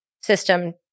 system